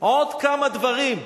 עוד כמה דברים.